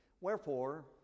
Wherefore